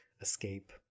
escape